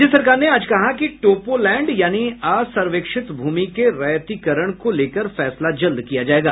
राज्य सरकार ने आज कहा कि टोपोलैंड यानी असर्वेक्षित भूमि के रैयतीकरण को लेकर फैसला जल्द किया जायेगा